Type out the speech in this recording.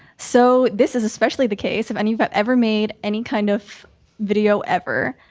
so this is especially the case if and you've ever made any kind of video ever.